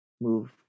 move